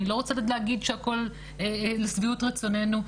אני לא רוצה להגיד שהכל לשביעות רצוננו,